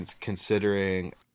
Considering